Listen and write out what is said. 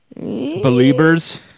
Believers